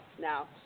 now